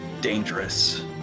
dangerous